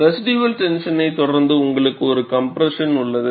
residual டென்ஷனை தொடர்ந்து உங்களுக்கு ஒரு கம்ப்ரெஸன் உள்ளது